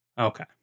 Okay